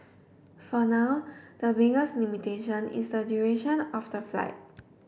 for now the biggest limitation is the duration of the flight